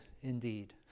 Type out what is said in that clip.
indeed